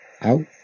out